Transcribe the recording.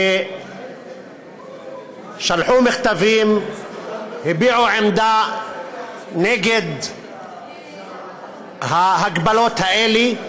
ששלחו מכתבים והביעו עמדה נגד ההגבלות האלה.